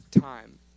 time